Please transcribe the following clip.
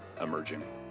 emerging